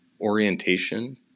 orientation